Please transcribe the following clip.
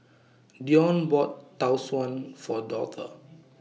Deon bought Tau Suan For Dortha